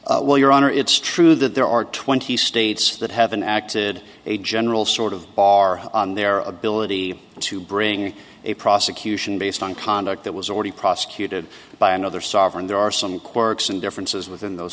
versus well your honor it's true that there are twenty states that haven't acted a general sort of bar on their ability to bring a prosecution based on conduct that was already prosecuted by another sovereign there are some quirks and differences within those